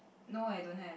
no I don't have